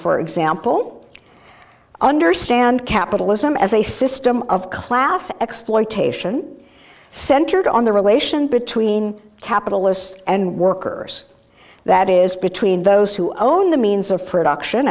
for example understand capitalism as a system of class exploitation centered on the relation between capitalists and workers that is between those who own the means of production